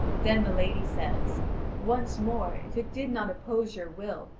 then the lady says once more, if it did not oppose your will,